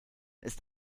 ist